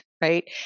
right